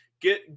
get